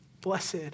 Blessed